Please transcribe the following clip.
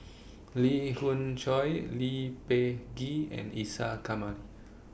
Lee Khoon Choy Lee Peh Gee and Isa Kamari